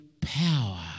power